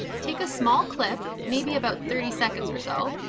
take a small clip, maybe about thirty seconds or so,